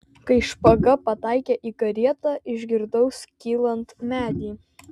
kai špaga pataikė į karietą išgirdau skylant medį